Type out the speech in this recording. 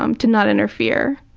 um to not interfere.